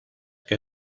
que